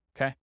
Okay